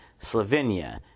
Slovenia